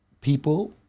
people